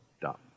dot